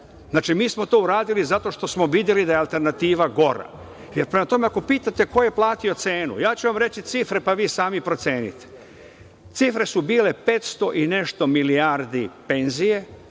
Znači, mi smo to uradili zato što smo videli da je alternativa gora. Ako pitate ko je platio cenu, ja ću vam reći cifre, pa vi sami procenite. Cifre su bile 500 i nešto milijardi penzije,